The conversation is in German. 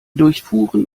durchfuhren